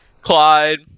Clyde